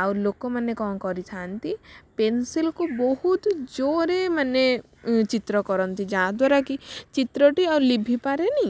ଆଉ ଲୋକ ମାନେ କ'ଣ କରିଥାନ୍ତି ପେନସିଲକୁ ବହୁତ ଜୋରରେ ମାନେ ଚିତ୍ର କରନ୍ତି ଯାହା ଦ୍ୱାରା କି ଚିତ୍ରଟି ଆଉ ଲିଭି ପାରେନି